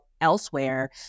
elsewhere